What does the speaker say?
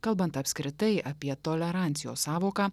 kalbant apskritai apie tolerancijos sąvoką